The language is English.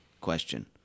question